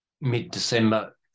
mid-December